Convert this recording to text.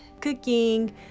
cooking